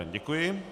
Děkuji.